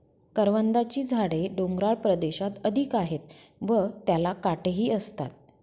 करवंदाची झाडे डोंगराळ प्रदेशात अधिक आहेत व त्याला काटेही असतात